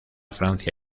francia